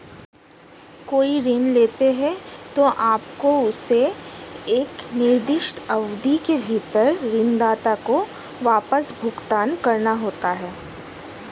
कोई ऋण लेते हैं, तो आपको उसे एक निर्दिष्ट अवधि के भीतर ऋणदाता को वापस भुगतान करना होता है